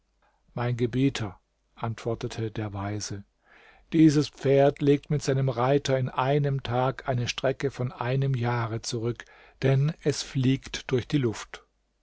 mein gebieter antwortete der weise dieses pferd legt mit seinem reiter in einem tag eine strecke von einem jahre zurück denn es fliegt durch die luft